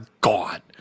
gone